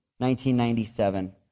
1997